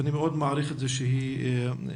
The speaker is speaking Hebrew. ואני מאוד מעריך את זה שהיא איתנו.